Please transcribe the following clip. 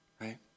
Right